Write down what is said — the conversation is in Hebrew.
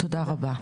תודה רבה.